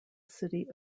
city